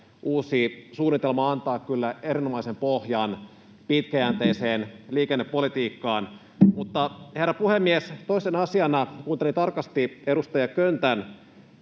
uusi suunnitelma antaa kyllä erinomaisen pohjan pitkäjänteiseen liikennepolitiikkaan. Mutta, herra puhemies, toinen asia: Kuuntelin tarkasti edustaja Köntän